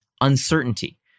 uncertainty